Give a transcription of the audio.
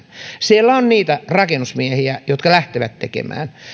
siellä on niitä rakennusmiehiä jotka lähtevät tekemään